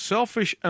Selfish